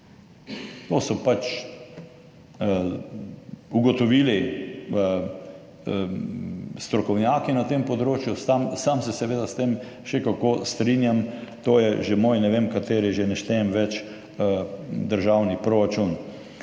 To so pač ugotovili strokovnjaki na tem področju. Sam se seveda s tem še kako strinjam, to je že moj ne vem kateri že, ne štejem več, državni proračun.